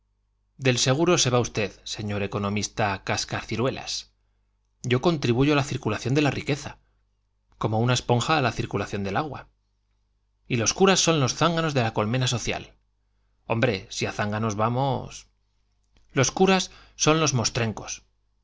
del seguro se va usted señor economista cascaciruelas yo contribuyo a la circulación de la riqueza como una esponja a la circulación del agua y los curas son los zánganos de la colmena social hombre si a zánganos vamos los curas son los mostrencos